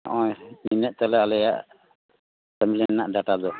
ᱱᱚᱜᱼᱚᱭ ᱱᱤᱱᱟᱹᱜ ᱛᱟᱞᱮ ᱟᱞᱮᱭᱟᱜ ᱯᱷᱮᱢᱤᱞᱤ ᱨᱮᱱᱟᱜ ᱰᱟᱴᱟ ᱫᱚ